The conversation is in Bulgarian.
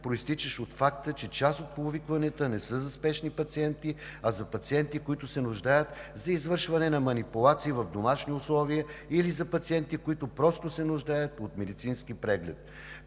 произтичащ от факта, че част от повикванията не са за спешни пациенти, а за пациенти, които се нуждаят от извършване на манипулации в домашни условия или за пациенти, които просто се нуждаят от медицински преглед.